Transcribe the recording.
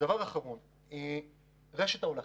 דבר אחרון, לגבי רשת ההולכה.